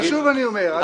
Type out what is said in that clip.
אבל שוב אני אומר,